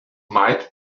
might